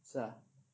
是啊